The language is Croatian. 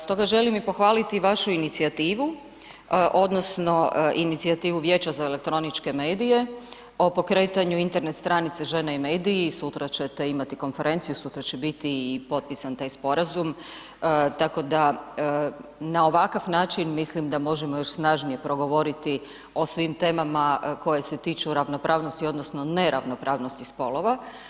Stoga želim i pohvaliti vašu inicijativu, odnosno inicijativu Vijeća za elektroničke medije o pokretanju Internet stranice žena i mediji, sutra ćete imati konferenciju, sutra će biti i potpisan taj sporazum tako da na ovakav način mislim da možemo još snažnije progovoriti o svim temama koje se tiču ravnopravnosti odnosno neravnopravnosti spolova.